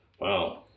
Wow